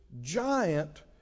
Giant